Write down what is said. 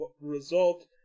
result